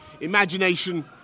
imagination